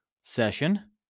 session